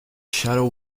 shadow